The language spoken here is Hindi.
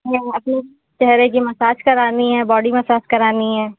जी हाँ अभी कह रहे कि मसाज करानी है बॉडी मसाज करानी है